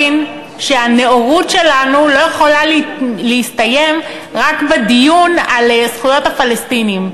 שהנאורות שלנו לא יכולה להסתיים רק בדיון על זכויות הפלסטינים.